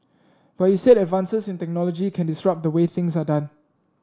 but he said advances in technology can disrupt the way things are done